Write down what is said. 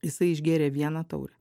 jisai išgėrė vieną taurę